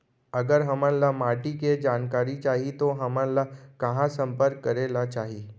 अगर हमन ला माटी के जानकारी चाही तो हमन ला कहाँ संपर्क करे ला चाही?